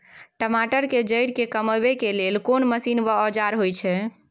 टमाटर के जईर के कमबै के लेल कोन मसीन व औजार होय छै?